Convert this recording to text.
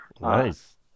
nice